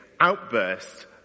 outburst